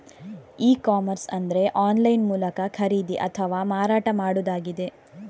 E commerce ಅಂದ್ರೆ online ಮೂಲಕ ಖರೀದಿ ಅಥವಾ ಮಾರಾಟ ಮಾಡುದಾಗಿದೆ